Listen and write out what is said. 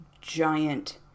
giant